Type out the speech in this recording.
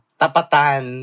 tapatan